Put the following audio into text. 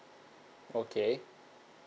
okay